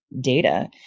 data